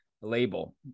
label